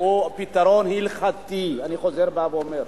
הוא פתרון הלכתי, אני חוזר ואומר.